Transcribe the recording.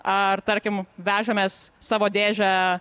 ar tarkim vežamės savo dėžę